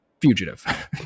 fugitive